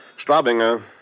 Straubinger